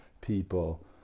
people